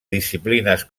disciplines